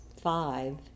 five